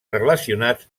relacionats